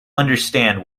understand